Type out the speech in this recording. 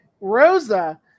Rosa